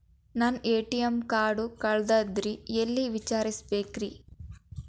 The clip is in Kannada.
ನನ್ನ ಎ.ಟಿ.ಎಂ ಕಾರ್ಡು ಕಳದದ್ರಿ ಎಲ್ಲಿ ವಿಚಾರಿಸ್ಬೇಕ್ರಿ?